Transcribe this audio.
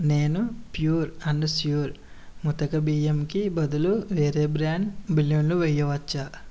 నేను pure and sure ముతక బియ్యంకి బదులు వేరే బ్రాండ్ బెలూన్లు వేయవచ్చా